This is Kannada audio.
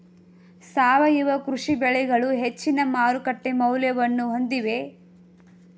ಸಾವಯವ ಕೃಷಿ ಬೆಳೆಗಳು ಹೆಚ್ಚಿನ ಮಾರುಕಟ್ಟೆ ಮೌಲ್ಯವನ್ನು ಹೊಂದಿವೆ